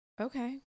Okay